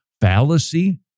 fallacy